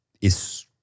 is-